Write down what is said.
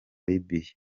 libya